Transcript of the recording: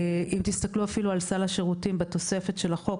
אם תסתכלו אפילו על סל השירותים בתוספת של החוק,